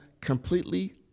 completely